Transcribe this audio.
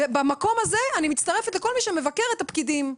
במקום הזה אני מצטרפת לכל מי שמבקר את הפקידים.